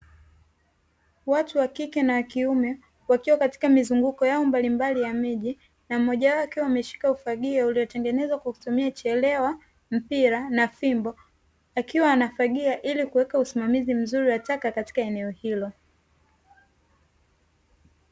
Watu wa kike na wa kiume, wakiwa katika mizunguko yao mbalimbali ya miji. Na mmoja wao ameshika ufagio uliotengenezwa kwa kutumia chelewa na mpira na fimbo. Akiwa anafagia ili kuweka usimamizi mzuri wa taka katika eneo hilo.